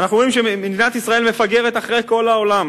אנו רואים שמדינת ישראל מפגרת אחרי כל העולם